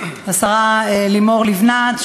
השרה לימור לבנת,